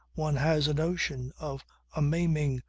one has a notion of a maiming,